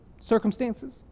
circumstances